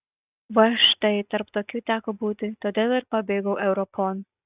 va štai tarp tokių teko būti todėl ir pabėgau europon